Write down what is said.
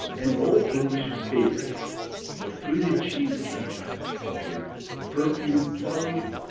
an old english favorite for fruited cheese cakes with perfumed plums,